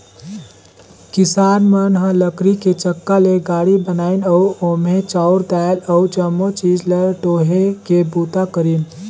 किसान मन ह लकरी के चक्का ले गाड़ी बनाइन अउ ओम्हे चाँउर दायल अउ जमो चीज ल डोहे के बूता करिन